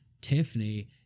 tiffany